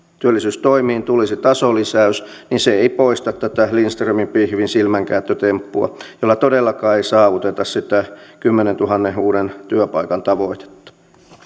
työllisyystoimiin tulisi tasolisäys niin se ei poista tätä lindströmin pihvin silmänkääntötemppua jolla todellakaan ei saavuteta sitä kymmenentuhannen uuden työpaikan tavoitetta